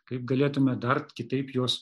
kaip galėtume dar kitaip juos